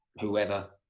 whoever